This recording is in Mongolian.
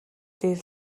дээр